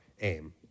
aim